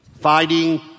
Fighting